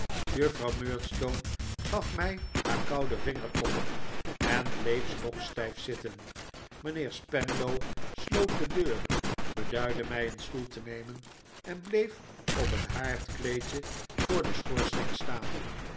juffrouw murdstone gaf mij haar koude vingertoppen en bleef stokstijf zitten mijnheer spenlow sloot de deur beduidde mij een stoel te nemen en bleef op het haardkleedje voor den schoorsteen staan